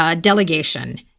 delegation